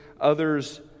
Others